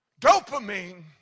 Dopamine